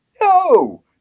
No